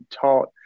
taught